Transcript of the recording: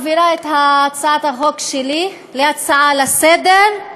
הופכת את הצעת החוק שלי להצעה לסדר-היום,